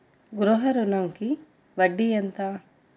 గృహ ఋణంకి వడ్డీ ఎంత?